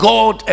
God